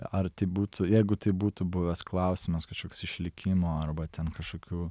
ar tai būtų jeigu tai būtų buvęs klausimas kažkoks išlikimo arba ten kažkokių